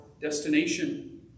destination